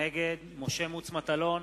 נגד משה מטלון,